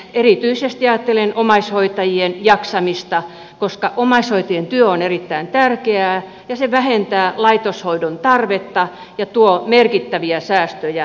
erityisesti ajattelen omaishoitajien jaksamista koska omaishoitajien työ on erittäin tärkeää ja se vähentää laitoshoidon tarvetta ja tuo merkittäviä säästöjä yhteiskunnallemme